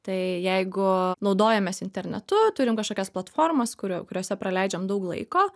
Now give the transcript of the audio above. tai jeigu naudojamės internetu turim kažkokias platformas kurio kuriose praleidžiam daug laiko